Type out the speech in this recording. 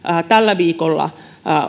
tällä viikolla